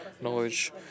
knowledge